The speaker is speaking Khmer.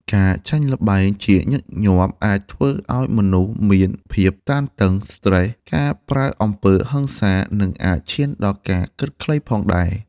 ការចាញ់ល្បែងជាញឹកញាប់ អាចធ្វើឱ្យមនុស្សមានភាពតានតឹង ស្ត្រេស ការប្រើអំពើហិង្សា និងអាចឈានដល់ការគិតខ្លីផងដែរ។